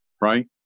right